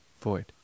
Void